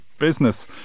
business